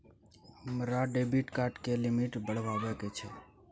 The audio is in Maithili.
हमरा डेबिट कार्ड के लिमिट बढावा के छै